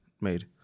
made